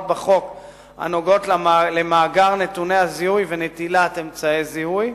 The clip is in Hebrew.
בחוק הנוגעות למאגר נתוני הזיהוי ונטילת אמצעי זיהוי,